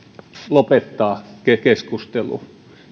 lopettaa keskustelu